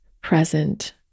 present